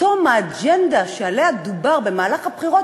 פתאום האג'נדה שעליה דובר במהלך הבחירות,